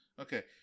okay